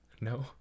No